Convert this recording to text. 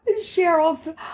Cheryl